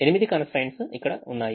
ఎనిమిది constraints ఇక్కడ ఉన్నాయి